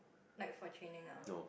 like for training ah